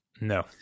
No